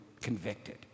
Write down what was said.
convicted